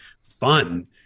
fun